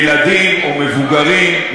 ילדים או מבוגרים,